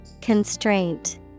Constraint